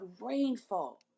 rainfall